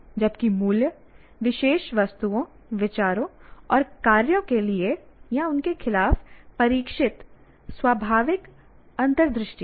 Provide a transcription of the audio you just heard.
जबकिमूल्य विशेष वस्तुओं विचारों और कार्यों के लिए खिलाफ परीक्षित स्वभाविक अंतर्दृष्टि है